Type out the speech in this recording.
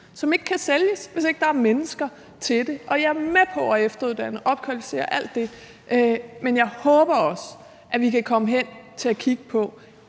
som ikke kan sælges, hvis der ikke er mennesker til at lave dem. Jeg er med på at efteruddanne og opkvalificere og alt det, men jeg håber også, at vi så kunne komme hen til at kigge på